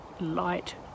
light